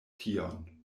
tion